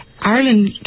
Ireland